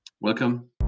Welcome